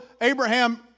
Abraham